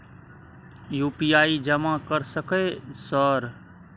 UPI जमा कर सके सर?